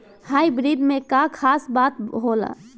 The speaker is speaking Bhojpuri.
हाइब्रिड में का खास बात होला?